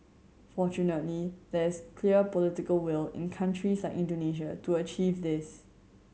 fortunately there is clear political will in countries like Indonesia to achieve this